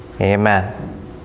Amen